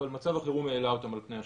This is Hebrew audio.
אבל מצב החירום העלה אותם על פני השטח.